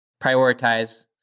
prioritize